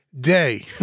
day